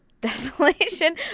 desolation